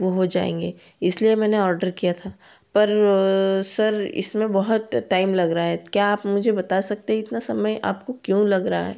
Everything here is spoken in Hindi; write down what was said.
वह हो जाएँगे इसलिए मैंने आर्डर किया था पर सर इसमें बहुत टाइम लग रहा है क्या आप मुझे बता सकते इतना समय आपको क्यों लग रहा है